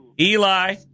Eli